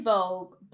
Vogue